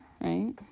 right